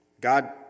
God